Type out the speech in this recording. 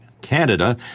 Canada